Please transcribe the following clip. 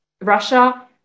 Russia